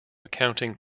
accounting